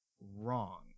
wrong